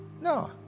No